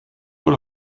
wohl